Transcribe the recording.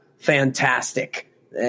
fantastic